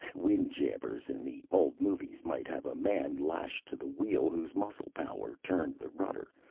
windjammers in the old movies might have a man lashed to the wheel whose muscle power turned the rudder,